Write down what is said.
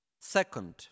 Second